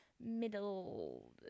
Middle